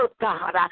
God